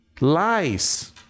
lies